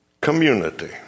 Community